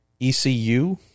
ECU